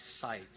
sight